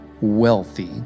wealthy